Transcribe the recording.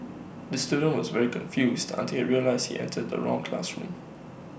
the student was very confused until he realised he entered the wrong classroom